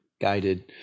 guided